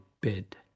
bid